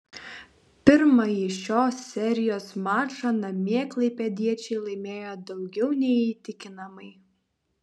pirmąjį šios serijos mačą namie klaipėdiečiai laimėjo daugiau nei įtikinamai